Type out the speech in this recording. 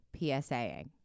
PSAing